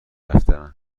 رفتنه